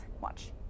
Watch